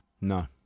No